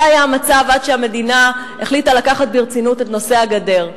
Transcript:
זה היה המצב עד שהמדינה החליטה לקחת ברצינות את נושא הגדר.